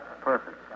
perfect